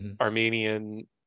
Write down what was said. Armenian